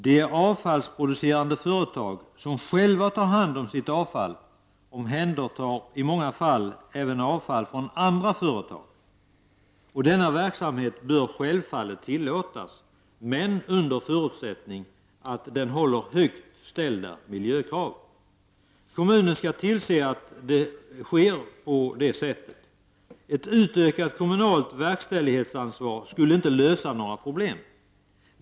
De avfallsproducerande företag som själva tar hand om sitt avfall omhändertar i många fall även avfall från andra företag. Denna verksamhet bör självfallet tillåtas men under förutsättning att den uppfyller högt ställda miljökrav. Kommunen skall tillse att så sker. Ett utökat kommunalt verkställighetsansvar skulle inte lösa några problem.